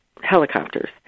helicopters